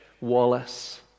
Wallace